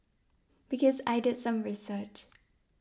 because I did some research